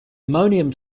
ammonium